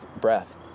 breath